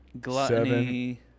Gluttony